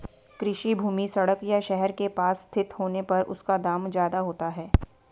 कृषि भूमि सड़क या शहर के पास स्थित होने पर उसका दाम ज्यादा होता है